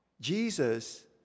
Jesus